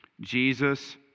Jesus